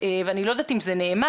ואני לא יודעת אם זה נאמר,